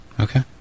Okay